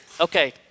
Okay